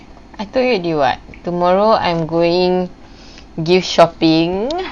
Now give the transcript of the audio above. I told you already [what] tomorrow I'm going gift shopping